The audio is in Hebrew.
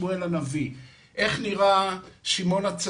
איך נראה שמואל הנביא,